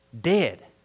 dead